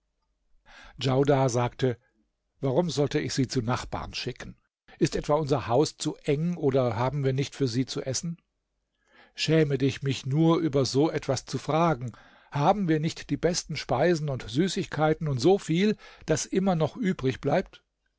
djaudar sagte warum soll ich sie zu den nachbarn schicken ist etwa unser haus zu eng oder haben wir nicht für sie zu essen schäme dich mich nur über so etwas zu fragen haben wir nicht die besten speisen und süßigkeiten und so viel daß immer noch übrig bleibt